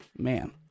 man